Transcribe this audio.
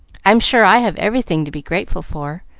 i'm sure i have everything to be grateful for.